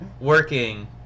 working